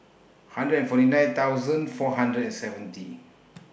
hundred and forty nine thousand four hundred and seventy